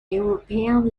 european